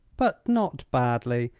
but not badly.